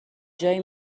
جایی